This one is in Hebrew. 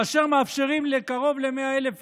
כאשר מאפשרים לקרוב ל-100,000 איש,